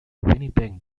winnipeg